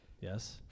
Yes